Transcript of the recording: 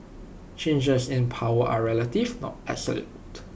changes in power are relative not absolute